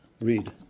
read